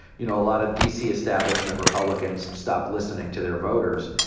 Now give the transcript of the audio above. you know, a lot of d. c. establishment republicans stopped listening to their voters.